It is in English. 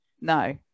No